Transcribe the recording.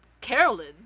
Carolyn